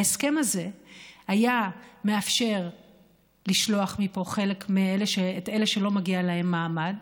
ההסכם הזה היה מאפשר לשלוח מפה את אלה שלא מגיע להם מעמד,